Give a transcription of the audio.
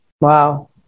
Wow